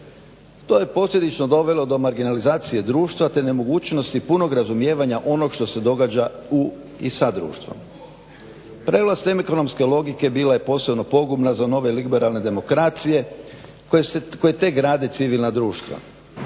To je posljedično dovelo do marginalizacije društva te nemogućnosti punog razumijevanja onog što se događa u i sa društvom. … logike bila je posebno pogubna za nove liberalne demokracije koje tek grade civilna društva.